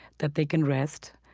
that they can rest,